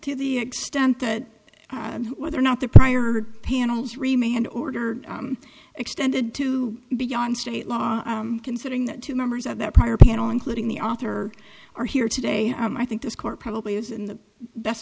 to the extent that whether or not the prior panels remain and order extended to beyond state law considering that two members of that prior panel including the author are here today i think this court probably is in the best